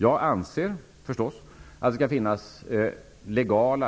Jag anser förstås att det skall finnas